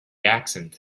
accent